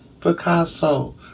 Picasso